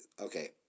okay